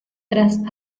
tras